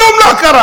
כלום לא קרה.